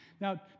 Now